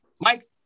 Mike